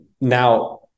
Now